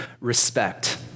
respect